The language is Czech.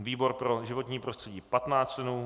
výbor pro životní prostředí 15 členů